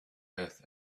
earth